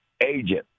agent